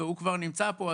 והוא כבר נמצא פה,